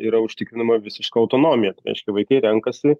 yra užtikrinama visiška autonomija tai reiškia vaikai renkasi